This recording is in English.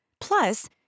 Plus